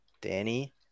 Danny